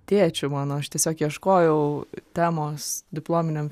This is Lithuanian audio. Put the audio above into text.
tėčiu mano aš tiesiog ieškojau temos diplominiam